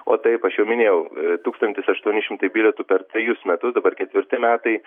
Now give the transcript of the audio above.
o taip aš jau minėjau tūkstantis aštuoni šimtai bilietų per trejus metus dabar ketvirti metai